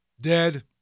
dead